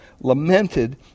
lamented